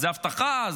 זה אבטחה,